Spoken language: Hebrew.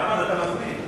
אחמד, אתה מזמין.